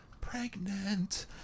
Pregnant